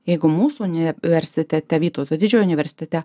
jeigu mūsų universitete vytauto didžiojo universitete